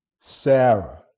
Sarah